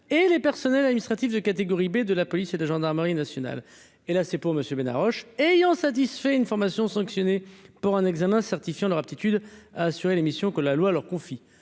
et les personnels administratifs de catégorie B, de la police et de gendarmerie nationale et là c'est pour monsieur Ménard Roche ayant satisfait une formation sanctionnée pour un examen certifiant leur aptitude à assurer l'émission que la loi leur confie.